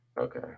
Okay